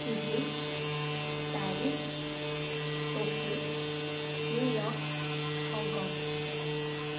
Sydney Paris Tokyo New York Hong Kong